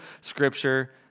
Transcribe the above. scripture